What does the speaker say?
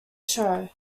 show